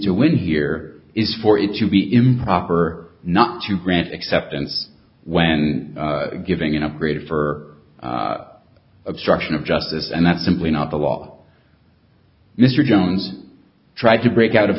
to win here is for it to be improper not to grant acceptance when giving an upgrade for obstruction of justice and that's simply not the law mr jones tried to break out of